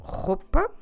roupa